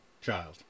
Child